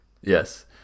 Yes